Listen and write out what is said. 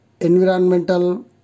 environmental